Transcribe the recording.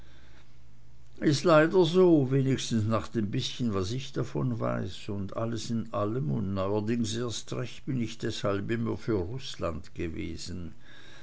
is leider so wenigstens nach dem bißchen was ich davon weiß und alles in allem und neuerdings erst recht bin ich deshalb immer für rußland gewesen